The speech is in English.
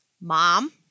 mom